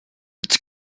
its